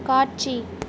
காட்சி